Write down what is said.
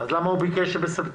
אז למה הוא ביקש בספטמבר?